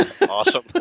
Awesome